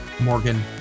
Morgan